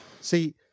See